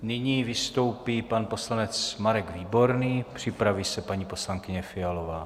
Nyní vystoupí pan poslanec Marek Výborný, připraví se paní poslankyně Fialová.